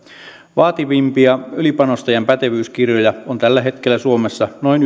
vaativimpia ylipanostajan pätevyyskirjoja on tällä hetkellä suomessa noin